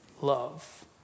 love